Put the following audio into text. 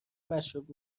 مشروب